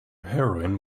heroin